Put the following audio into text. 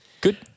Good